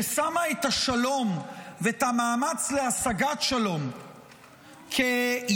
ששמה את השלום ואת המאמץ להשגת שלום כיעד